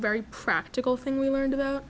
very practical thing we learned about